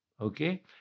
Okay